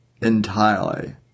entirely